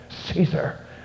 Caesar